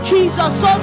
Jesus